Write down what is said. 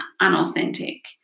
unauthentic